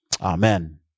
amen